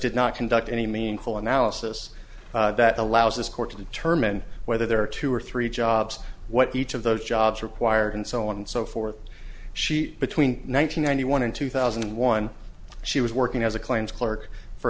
did not conduct any meaningful analysis that allows this court to determine whether there are two or three jobs what each of those jobs required and so on and so forth she between one thousand nine hundred one and two thousand and one she was working as a claims clerk for